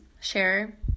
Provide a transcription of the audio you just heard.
share